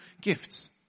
gifts